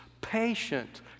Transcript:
patient